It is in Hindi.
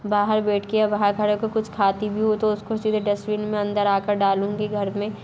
बाहर बैठ के या बाहर खड़े होके कुछ खाती भी हूँ तो उसको सीधे डस्ट्बिन में अंदर आ के डालूँगी घर में